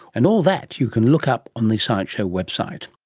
and all that you can look up on the science show website